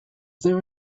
there